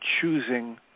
choosing